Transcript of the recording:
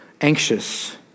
anxious